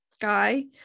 guy